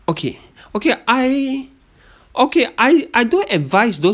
okay okay I okay I I do advise those